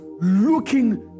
looking